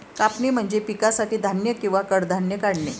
कापणी म्हणजे पिकासाठी धान्य किंवा कडधान्ये काढणे